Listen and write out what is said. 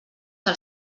del